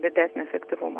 didesnio efektyvumo